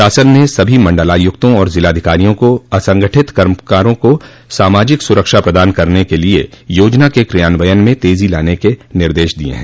शासन ने सभी मंडलायुक्तों और जिलाधिकारियों को असंगठित कर्मकारों को सामाजिक सुरक्षा प्रदान करने के लिये योजना के क्रियान्वयन में तेजी लाने के निर्देश दिये हैं